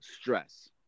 stress